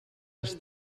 les